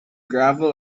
gravel